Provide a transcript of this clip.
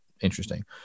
interesting